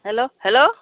hello hello